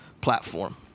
platform